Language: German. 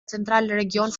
zentralregion